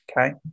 Okay